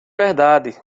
verdade